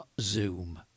Zoom